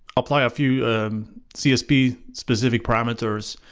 apply a few csp specific parameters